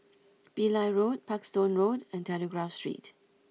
Pillai Road Parkstone Road and Telegraph Street